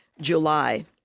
July